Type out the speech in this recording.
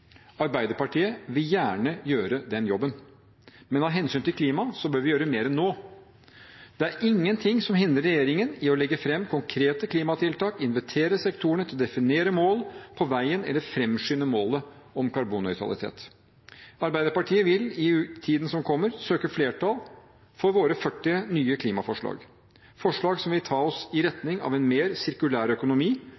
Arbeiderpartiet vil gjerne gjøre den jobben, men av hensyn til klima bør vi gjøre mer nå. Det er ingenting som hindrer regjeringen i å legge fram konkrete klimatiltak, invitere sektorene til å definere mål på veien eller framskynde målet om karbonnøytralitet. Arbeiderpartiet vil i tiden som kommer søke flertall for våre 40 nye klimaforslag, forslag som vil ta oss i